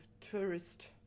tourist